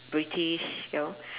british yo